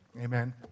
Amen